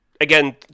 again